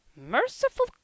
Merciful